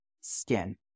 skin